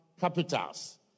capitals